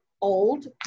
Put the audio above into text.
old